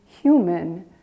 human